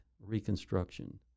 Reconstruction